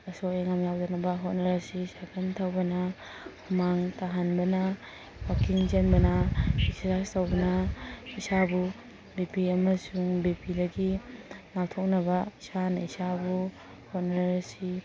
ꯑꯁꯣꯏ ꯑꯉꯥꯝ ꯌꯥꯎꯗꯅꯕ ꯍꯣꯠꯅꯔꯁꯤ ꯁꯥꯏꯀꯜ ꯊꯧꯕꯅ ꯍꯨꯃꯥꯡ ꯇꯥꯍꯟꯕꯅ ꯋꯥꯛꯀꯤꯡ ꯆꯦꯟꯕꯅ ꯑꯦꯛꯁꯔꯁꯥꯏꯁ ꯇꯧꯕꯅ ꯏꯁꯥꯕꯨ ꯕꯤ ꯄꯤ ꯑꯃꯁꯨꯡ ꯕꯤ ꯄꯤꯗꯒꯤ ꯉꯥꯛꯊꯣꯛꯅꯕ ꯏꯁꯥꯅ ꯏꯁꯥꯕꯨ ꯍꯣꯠꯅꯔꯁꯤ